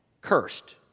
cursed